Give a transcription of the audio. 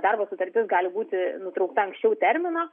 darbo sutartis gali būti nutraukta anksčiau termino